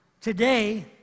today